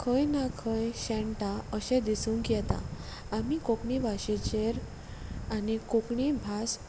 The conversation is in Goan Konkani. खंय ना खंय शेणटा अशें दिसूंक येता आमी कोंकणी भाशेचेर आनी कोंकणी भास